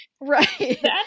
Right